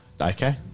Okay